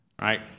right